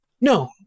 No